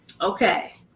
Okay